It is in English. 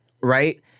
right